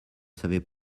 savait